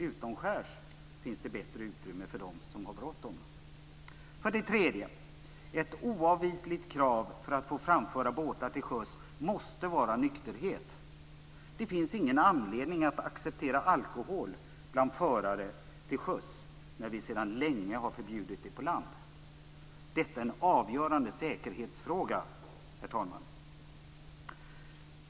Utomskärs finns det bättre utrymme för dem som har bråttom. För det tredje måste ett oavvisligt krav för att få framföra båtar till sjöss vara nykterhet. Det finns ingen anledning att acceptera alkohol bland förare till sjöss, när det sedan länge är förbjudet på land. Detta är en avgörande säkerhetsfråga, herr talman.